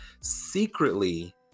secretly